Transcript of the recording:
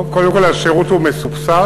קודם כול, השירות מסובסד.